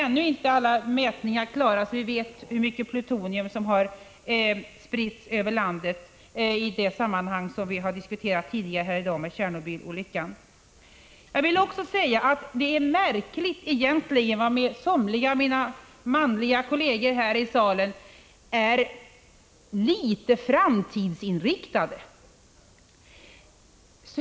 Alla mätningar är ännu inte klara, så vi vet inte hur mycket plutonium som har spridits över landet efter Tjernobylolyckan, som har diskuterats tidigare i dag. Det är egentligen märkligt att somliga av mina manliga kolleger här i salen är så litet framtidsinriktade.